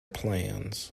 plans